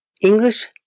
English